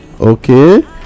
okay